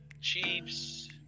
Chiefs